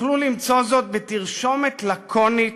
תוכלו למצוא זאת בתרשומת לקונית